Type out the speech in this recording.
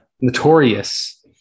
Notorious